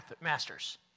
masters